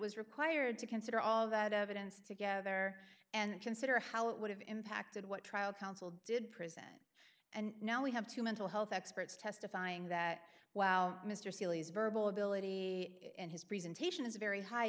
was required to consider all that evidence together and consider how it would have impacted what trial counsel did present and now we have to mental health experts testifying that wow mr seely's verbal ability and his presentation is very high